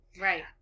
Right